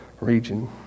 region